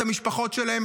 את המשפחות שלהם,